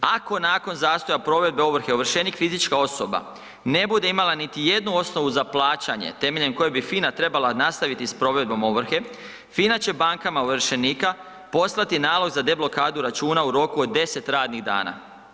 Ako nakon zastoja provedbe ovrhe ovršenik fizička osoba ne bude imala niti jednu osnovu za plaćanje temeljem kojeg bi FINA trebala nastaviti s provedbom ovrhe, FINA će bankama ovršenika poslati nalog za deblokadu računa u roku od 10 radnih dana.